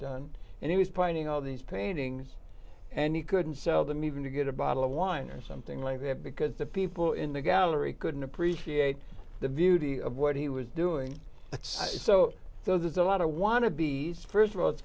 done and he was putting all these paintings and he couldn't sell them even to get a bottle of wine or something like that because the people in the gallery couldn't appreciate the beauty of what he was doing so there's a lot of want to be st of all it's